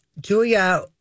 Julia